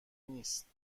نیست